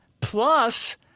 Plus